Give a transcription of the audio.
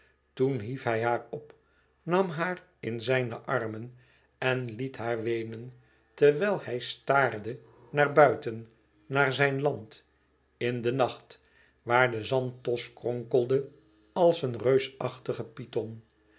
toen hief hij haar op nam haar in zijne armen en liet haar weenen terwijl hij staarde naar buiten naar zijn land in den nacht waar de zanthos kronkelde als een reusachtige python